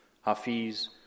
Hafiz